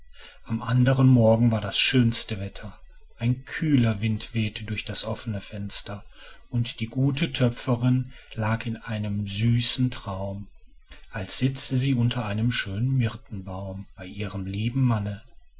am andern morgen war das schönste wetter ein kühler wind wehte durch das offene fenster und die gute töpferin lag in einem süßen traum als sitze sie unter einem schönen myrtenbaum bei ihrem lieben manne